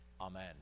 amen